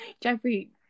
jeffrey